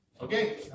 okay